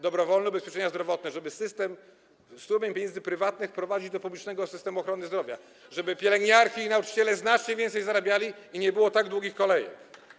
Dobrowolne ubezpieczenia zdrowotne, żeby strumień pieniędzy prywatnych wprowadzić do publicznego systemu ochrony zdrowia, żeby pielęgniarki i nauczyciele znacznie więcej zarabiali i by nie było tak długich kolejek.